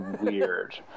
weird